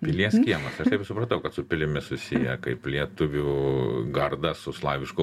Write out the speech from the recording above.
pilies kiemas aš taip ir supratau kad su pilimi susiję kaip lietuvių gardas su slavišku